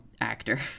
actor